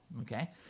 Okay